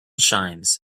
shines